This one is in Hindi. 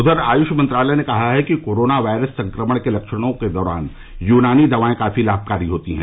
उधर आयुष मंत्रालय ने कहा है कि कोरोना वायरस संक्रमण के लक्षणों के दौरान यूनानी दवाएं काफी लामकारी होती हैं